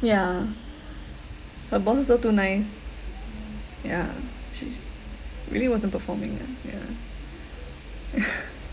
yeah her boss also too nice yeah she really wasn't performing ah yeah